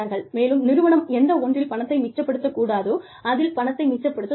மேலும் நிறுவனம் எந்த ஒன்றில் பணத்தை மிச்சப்படுத்த கூடாதோ அதில் பணத்தை மிச்சப்படுத்த தொடங்கும்